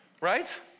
right